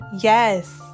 yes